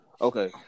okay